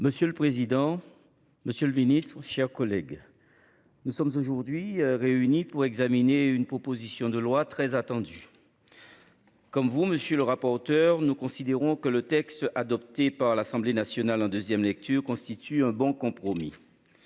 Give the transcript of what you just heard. Monsieur le président. Monsieur le Ministre, chers collègues. Nous sommes aujourd'hui réunis pour examiner une proposition de loi très attendu. Comme vous monsieur le rapporteur. Nous considérons que le texte adopté par l'Assemblée nationale en 2ème lecture constitue un bon compromis.